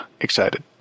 excited